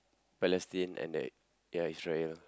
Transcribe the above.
Palestine and that ya Israel